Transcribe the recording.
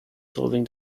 solving